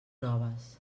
noves